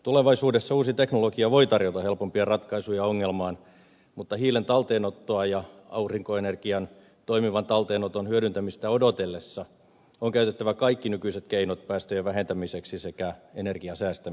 tulevaisuudessa uusi teknologia voi tarjota helpompia ratkaisuja ongelmaan mutta hiilen talteenottoa ja aurinkoenergian toimivan talteenoton hyödyntämistä odotellessa on käytettävä kaikki nykyiset keinot päästöjen vähentämiseksi sekä energian säästämiseksi